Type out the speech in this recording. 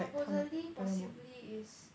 supposedly possibly is